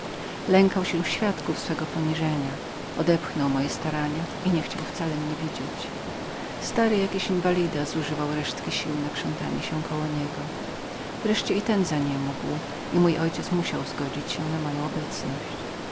lękał się świadków moralnego swego poniżenia odepchnął moje starania i nie chciał wcale mnie widzieć stary jakiś inwalid zużywał resztki sił na krzątanie się koło niego wreszcie i ten rozniemógł się i mój ojciec musiał zgodzić się na moją obecność